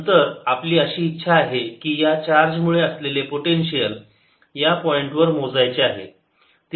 नंतर आपली अशी इच्छा आहे की या चार्ज मुळे असलेले पोटेन्शियल या पॉईंटवर मोजायचे आहे